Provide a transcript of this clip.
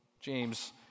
James